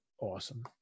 awesome